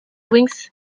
wings